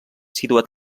situat